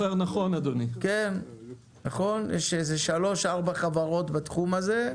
יש בערך שלוש ארבע חברות בתחום הזה.